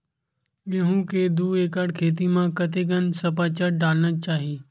गेहूं के दू एकड़ खेती म कतेकन सफाचट डालना चाहि?